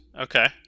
Okay